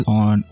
on